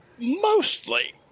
mostly